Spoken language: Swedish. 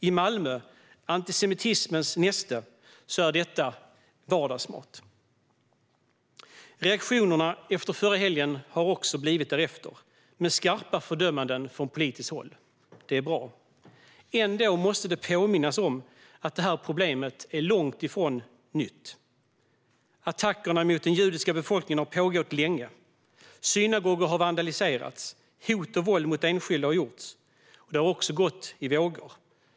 I Malmö, antisemitismens näste, är detta vardagsmat. Reaktionerna efter förra helgen har blivit därefter, med skarpa fördömanden från politiskt håll. Det är bra. Ändå måste det påminnas om att problemet är långt ifrån nytt. Attackerna mot den judiska befolkningen har pågått länge. Synagogor har vandaliserats. Hot och våld mot enskilda förekommer. Det hela har gått i vågor.